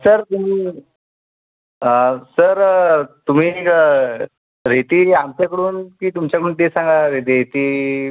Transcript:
sir तुम्ही sir तुम्ही रेती आमच्याकडून की तुमच्याकडून ते सांगा देती